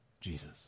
Jesus